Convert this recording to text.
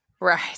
right